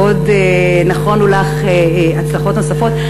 ועוד נכונו לך הצלחות נוספות.